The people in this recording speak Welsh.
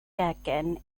gegin